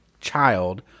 child